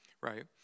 right